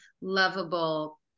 lovable